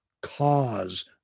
cause